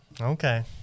Okay